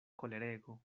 kolerego